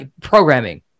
programming